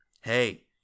Hey